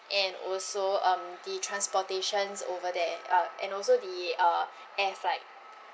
and also um the transportations over there ah and also the uh air flight